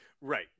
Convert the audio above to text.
Right